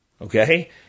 Okay